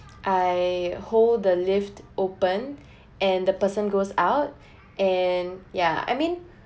I hold the lift open and the person goes out and yeah I mean